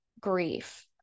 grief